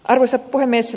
arvoisa puhemies